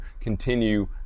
continue